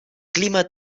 clima